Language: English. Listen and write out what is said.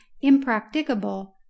impracticable